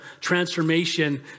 transformation